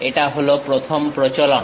এটা হলো প্রথম প্রচলন